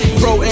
pro